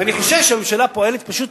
ואני חושב שהממשלה פועלת פשוט,